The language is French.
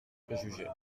préjugés